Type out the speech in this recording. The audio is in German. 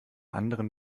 anderen